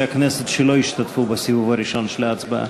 הכנסת שלא השתתפו בסיבוב הראשון של ההצבעה.